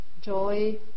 joy